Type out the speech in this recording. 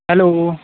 hello